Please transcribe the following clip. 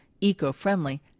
eco-friendly